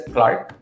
Clark